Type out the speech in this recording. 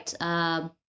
right